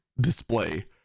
display